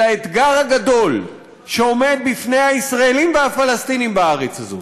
האתגר הגדול שעומד בפני הישראלים והפלסטינים בארץ הזאת,